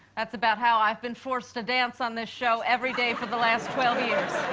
that's about how i've been forced to dance on this show every day for the last twelve years.